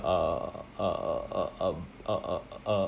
uh uh uh uh uh uh